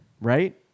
Right